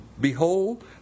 behold